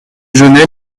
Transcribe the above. genêts